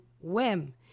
whim